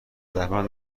زحمت